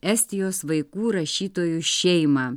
estijos vaikų rašytojų šeimą